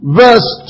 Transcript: verse